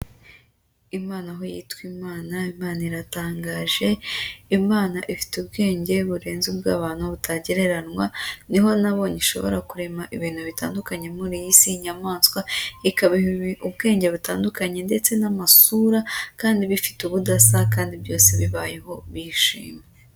Imana aho yitwa Imana, Imana iratangaje, Imana ifite ubwenge burenze ubw'abantu butagereranywa, ni ho nabonye ishobora kurema ibintu bitandukanye muri iyi si, inyamaswa ikabiha ubwenge butandukanye ndetse n'amasura, kandi bifite ubudasa kandi byose bibayeho biyishima.